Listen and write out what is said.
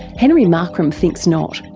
henry markram thinks not.